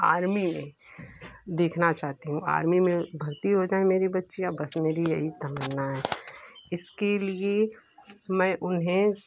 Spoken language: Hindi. आर्मी में देखना चाहती हूँ आर्मी में भर्ती हो जाएँ मेरी बच्चियाँ बस मेरी यही तम्मना है इसके लिए मैं उन्हें